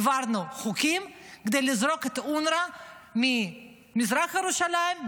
העברנו חוקים כדי לזרוק את אונר"א ממזרח ירושלים,